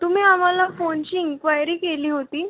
तुम्ही आम्हाला फोनची इन्क्वायरी केली होती